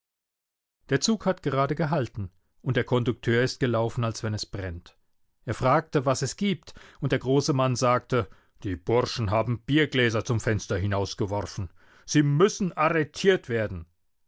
der zug hat gerade gehalten und der kondukteur ist gelaufen als wenn es brennt er fragte was es gibt und der große mann sagte die burschen haben biergläser zum fenster hinausgeworfen sie müssen arretiert werden